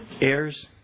Heirs